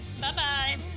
Bye-bye